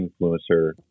influencer